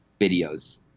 videos